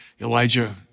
Elijah